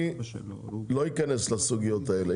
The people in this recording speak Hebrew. אני לא אכנס לסוגיות האלה.